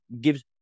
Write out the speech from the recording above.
gives